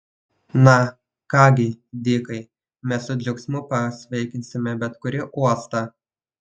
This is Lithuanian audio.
na ką gi dikai mes su džiaugsmu pasveikinsime bet kurį uostą